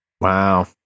Wow